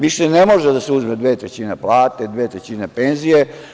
Više ne može da se uzme dve trećine plate, dve trećine penzije.